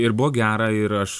ir buvo gera ir aš